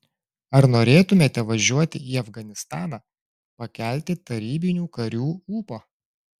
ar norėtumėte važiuoti į afganistaną pakelti tarybinių karių ūpo